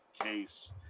case